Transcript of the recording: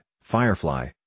Firefly